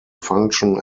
function